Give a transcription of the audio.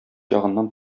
ягыннан